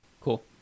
cool